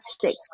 six